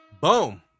Boom